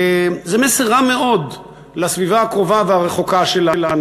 זה מסר רע מאוד לסביבה הקרובה והרחוקה שלנו.